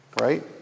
right